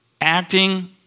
acting